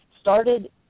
started